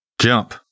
Jump